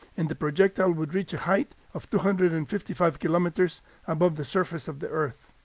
and the projectile would reach a height of two hundred and fifty five kilometers above the surface of the earth.